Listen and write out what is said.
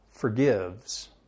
forgives